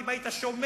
כי אם היית שומע,